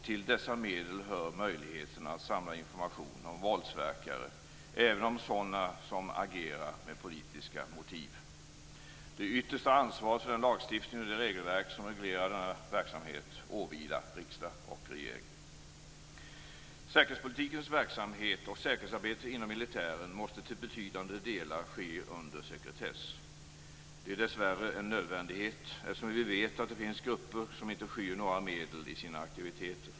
Till dessa medel hör möjligheten att samla information om våldsverkare, även om sådana som agerar med politiska motiv. Det yttersta ansvaret för den lagstiftning och det regelverk som reglerar denna verksamhet åvilar riksdag och regering. Säkerhetspolitikens verksamhet och säkerhetsarbetet inom militären måste till betydande delar ske under sekretess. Det är dessvärre en nödvändighet, eftersom vi vet att det finns grupper som inte skyr några medel i sina aktiviteter.